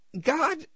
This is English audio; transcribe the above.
God